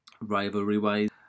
rivalry-wise